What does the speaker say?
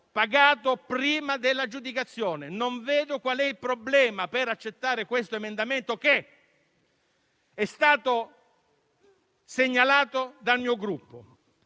pagato prima dell'aggiudicazione. Non vedo qual è il problema per accettare questo emendamento che è stato segnalato dal mio Gruppo,